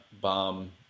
bomb